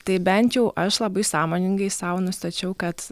tai bent jau aš labai sąmoningai sau nustačiau kad